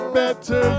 better